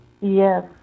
Yes